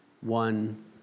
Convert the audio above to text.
one